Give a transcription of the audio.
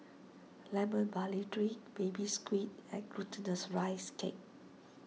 Lemon Barley Drink Baby Squid and Glutinous Rice Cake